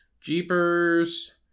Jeepers